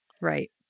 right